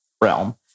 realm